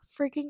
freaking